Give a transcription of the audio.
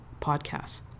podcasts